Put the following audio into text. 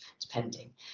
depending